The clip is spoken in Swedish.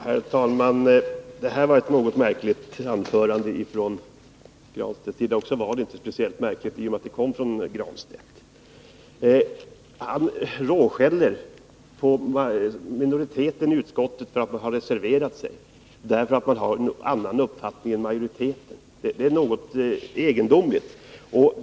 Herr talman! Det här var ett något märkligt anförande — även om det i och för sig inte var speciellt märkligt för att komma från Pär Granstedt. Pär Granstedt råskäller på minoriteten i utskottet därför att den har reserverat sig, därför att den har en annan uppfattning än utskottsmajoriteten. Det är något egendomligt.